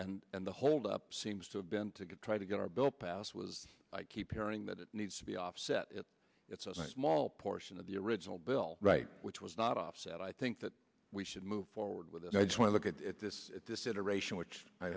and and the hold up seems to have been to get try to get our bill passed was i keep hearing that it needs to be offset it it's a small portion of the original bill right which was not offset i think that we should move forward with and i just when i look at this